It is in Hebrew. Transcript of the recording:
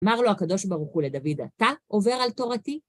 אמר לו הקדוש ברוך הוא לדוד, אתה עובר על תורתי?